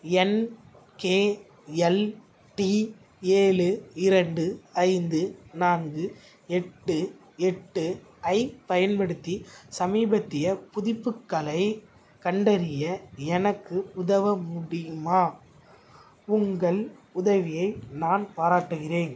NKLT ஏழு இரண்டு ஐந்து நான்கு எட்டு எட்டு ஐப் பயன்படுத்தி சமீபத்திய புதுப்புக்களைக் கண்டறிய எனக்கு உதவ முடியுமா உங்கள் உதவியை நான் பாராட்டுகிறேன்